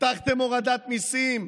הבטחתם הורדת מיסים,